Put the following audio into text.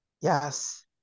yes